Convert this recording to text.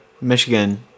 Michigan